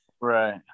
Right